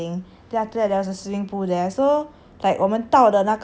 我们到的那个 afternoon 我们去 like 那种 hotel 走走 lah